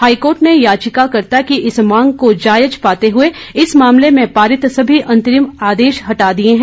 high court ने याचिकाकर्त्ता की इस मांग को जायज पाते हुए इस मामले में पारित सभी अंतरिम आदेश हटा दिए हैं